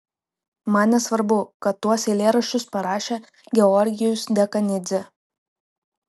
man nesvarbu kad tuos eilėraščius parašė georgijus dekanidzė